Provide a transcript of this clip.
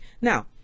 now